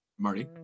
marty